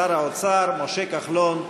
שר האוצר משה כחלון,